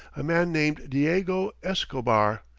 a man named diego escobar,